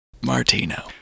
Martino